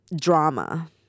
drama